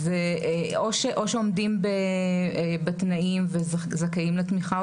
או שעומדים בתנאים וזכאים לתמיכה,